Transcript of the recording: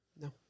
No